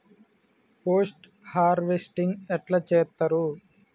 Post harvesting ఎట్ల చేత్తరు?